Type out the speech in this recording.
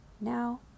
now